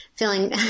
Feeling